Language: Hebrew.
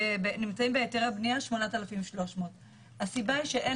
נמצאים בהיתרי בנייה: 8,300. הסיבה שאין